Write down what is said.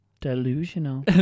Delusional